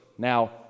Now